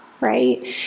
right